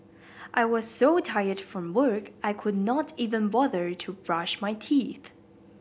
I was so tired from work I could not even bother to brush my teeth